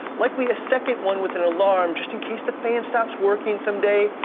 likely a second one with an alarm just in case the fan stops working someday.